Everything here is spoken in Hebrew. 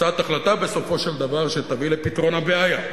הצעת החלטה שבסופו של דבר תביא לפתרון הבעיה.